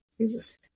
Jesus